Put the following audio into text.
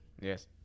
Yes